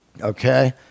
okay